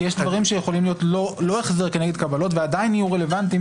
כי יש דברים שיכולים להיות לא החזר כנגד קבלות ועדיין יהיו רלוונטיים